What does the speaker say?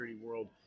world